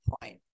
point